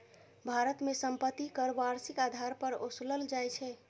भारत मे संपत्ति कर वार्षिक आधार पर ओसूलल जाइ छै